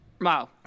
Wow